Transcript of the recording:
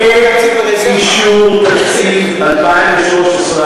בעת אישור תקציב 2013,